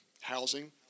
Housing